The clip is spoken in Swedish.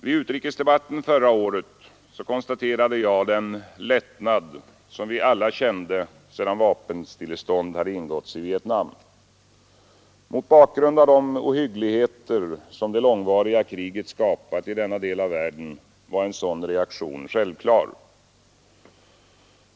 Vid utrikesdebatten förra året konstaterade jag den lättnad som vi alla kände sedan vapenstillestånd ingåtts i Vietnam. Mot bakgrund av de ohyggligheter som det långvariga kriget skapat i denna del av världen var en sådan reaktion självklar.